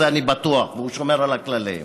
אני בטוח שהוא שומר על הכללים,